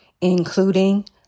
including